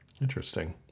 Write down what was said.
interesting